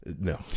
no